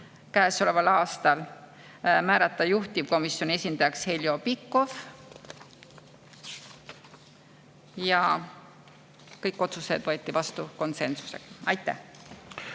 käesoleval aastal ning määrata juhtivkomisjoni esindajaks Heljo Pikhof. Kõik otsused võeti vastu konsensusega. Aitäh!